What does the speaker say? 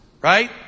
right